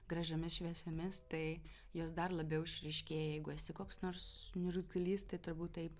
gražiomis šviesiomis tai jos dar labiau išryškėja jeigu esi koks nors niurzglys tai turbūt taip